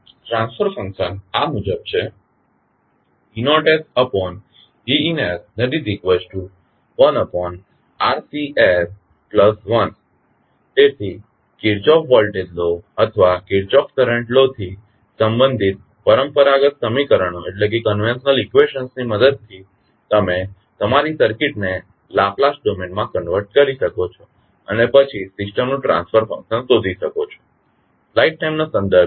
transfer function આ મુજબ છે E0Ein1RCs1 તેથી કિર્ચોફ વોલ્ટેજ લૉ અથવા કિર્ચોફ કરંટ લૉ થી સંબંધિત પરંપરાગત સમીકરણો ની મદદથી તમે તમારી સર્કિટને લાપ્લાસ ડોમેનમાં કન્વર્ટ કરી શકો છો અને પછી સિસ્ટમનું ટ્રાંસફર ફંકશન શોધી શકો છો